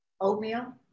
oatmeal